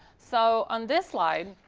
so on this slide,